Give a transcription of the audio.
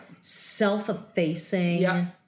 self-effacing